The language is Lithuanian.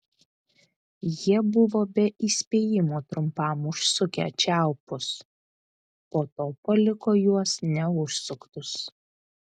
jie buvo be įspėjimo trumpam užsukę čiaupus po to paliko juos neužsuktus